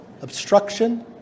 obstruction